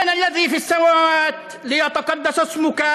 והנוצרים שאתם מתקיפים את הכנסיות שלהם